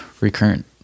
recurrent